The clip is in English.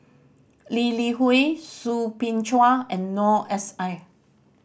Lee Li Hui Soo Bin Chua and Noor S I